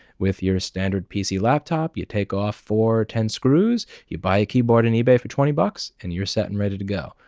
with your standard pc laptop you take off four or ten screws, you buy a keyboard in ebay for twenty dollars, and you're set and ready to go.